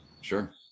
Sure